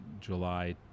july